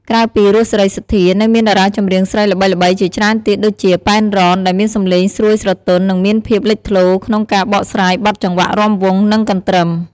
ក្រៅពី រស់ សេរីសុទ្ធា នៅមានតារាចម្រៀងស្រីល្បីៗជាច្រើនទៀតដូចជា ប៉ែន រ៉ន ដែលមានសំឡេងស្រួយស្រទន់ និងមានភាពលេចធ្លោក្នុងការបកស្រាយបទចង្វាក់រាំវង់ និងកន្ទ្រឹម។